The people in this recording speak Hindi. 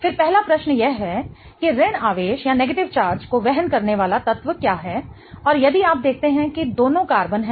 फिर पहला प्रश्न यह है कि ऋण आवेश को वहन करने वाला तत्व क्या है और यदि आप देखते हैं कि दोनों कार्बन हैं